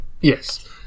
Yes